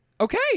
Okay